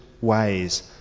ways